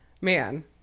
man